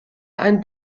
ein